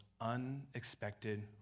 unexpected